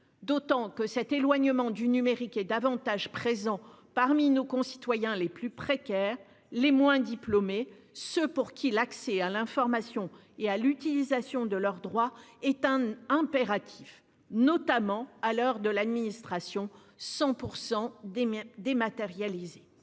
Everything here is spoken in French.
d'augmenter. L'éloignement du numérique concerne davantage nos concitoyens les plus précaires, les moins diplômés, ceux pour qui l'accès à l'information et le recours à leurs droits sont un impératif, notamment à l'heure de l'administration 100 % dématérialisée.